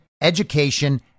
education